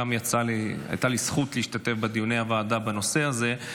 הייתה לי זכות להשתתף בדיוני הוועדה בנושא הזה.